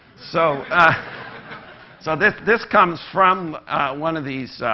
so ah so this this comes from one of these